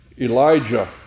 Elijah